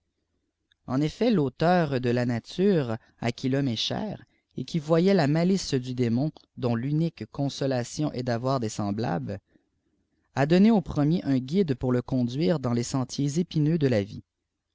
en effet l'auteur de la riatdrë à qui fhonàriïe e cheif et qui pïëvûrfârt la malice du défflofi dont futiitïilë côhsdlafiofn est d'avoir d éëliiblatblës à donné su irrerwérr ith guide pour lé êoilduire feteiés ééiltïerà épineux de lai vie